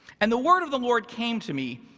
and the word of the lord came to me.